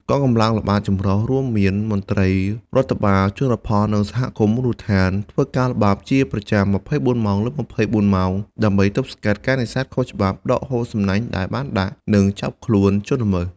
កងកម្លាំងល្បាតចម្រុះ រួមមានមន្ត្រីរដ្ឋបាលជលផល និងសហគមន៍មូលដ្ឋាន ធ្វើការល្បាតជាប្រចាំ ២៤ ម៉ោងលើ ២៤ ម៉ោង ដើម្បីទប់ស្កាត់ការនេសាទខុសច្បាប់ ដកហូតសំណាញ់ដែលបានដាក់ និងចាប់ខ្លួនជនល្មើស។